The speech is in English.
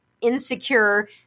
insecure